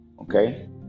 Okay